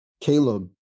Caleb